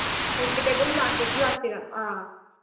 ꯍꯧꯖꯤꯛ ꯑꯗꯨꯝ ꯂꯥꯛꯀꯦꯁꯨ ꯂꯥꯛꯄꯤꯔꯣ ꯑꯥ